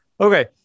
Okay